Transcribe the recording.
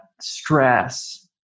stress